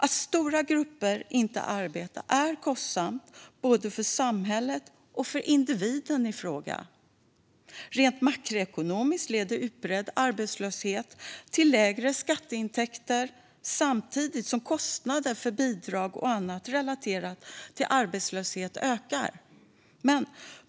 Att stora grupper inte arbetar är kostsamt, både för samhället och för individen i fråga. Rent makroekonomiskt leder stor arbetslöshet till lägre skatteintäkter, samtidigt som kostnader för bidrag och annat relaterat till arbetslöshet ökar.